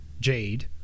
Jade